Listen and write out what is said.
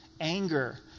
anger